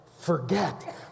forget